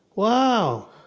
wow!